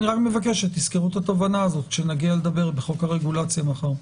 אני מבקש שתזכרו את התובנה הזאת כשנגיע לדבר בחוק הרגולציה מחר.